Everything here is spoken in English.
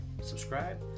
Subscribe